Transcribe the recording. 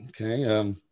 okay